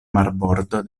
marbordo